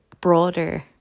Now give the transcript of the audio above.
broader